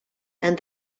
and